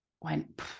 went